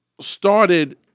started